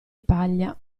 paglia